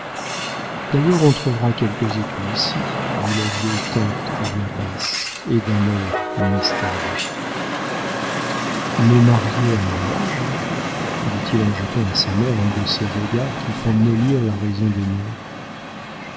d'ailleurs on trouvera quelques écus ici dit la vieille tante à voix basse et d'un air mystérieux me marier à mon âge dit-il en jetant à sa mère un de ces regards qui font mollir la raison des mères